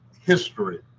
history